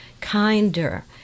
kinder